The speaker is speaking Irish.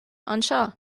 anseo